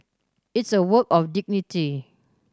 it's a work of dignity